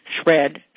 spread